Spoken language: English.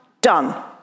done